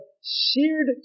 seared